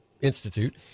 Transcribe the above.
Institute